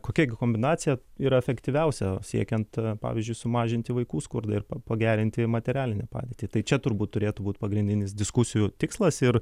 kokia gi kombinacija yra efektyviausia siekiant pavyzdžiui sumažinti vaikų skurdą ir pa pagerinti materialinę padėtį tai čia turbūt turėtų būti pagrindinis diskusijų tikslas ir